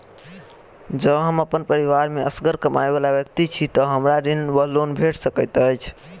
जँ हम अप्पन परिवार मे असगर कमाई वला व्यक्ति छी तऽ हमरा ऋण वा लोन भेट सकैत अछि?